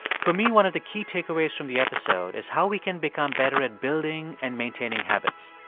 for me, one of the key takeaways from the episode is how we can become better at building and maintaining habits.